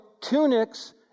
tunics